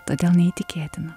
todėl neįtikėtina